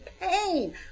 pain